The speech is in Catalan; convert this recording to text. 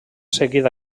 seguit